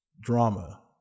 Drama